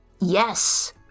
Yes